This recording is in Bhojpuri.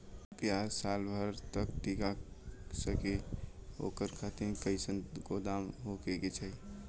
प्याज साल भर तक टीका सके ओकरे खातीर कइसन गोदाम होके के चाही?